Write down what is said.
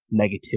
negativity